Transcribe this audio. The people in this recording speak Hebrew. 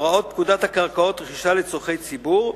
הוראות פקודת הקרקעות (רכישה לצורכי ציבור)